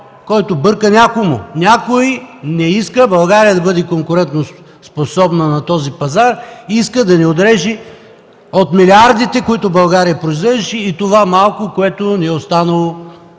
дял бърка някому. Някой не иска България да бъде конкурентоспособна на този пазар, иска да ни отреже от милиардите, които България произвеждаше, и това малко, което ни е останало